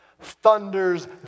thunders